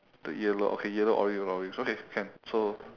the yellow okay yellow orange yellow orange okay can so